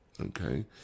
Okay